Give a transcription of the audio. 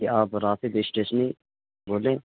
کیا آپ راشد اسٹیشنی بول رہے ہیں